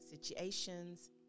situations